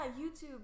YouTube